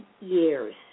years